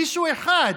מישהו אחד.